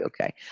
okay